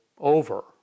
over